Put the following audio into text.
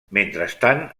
mentrestant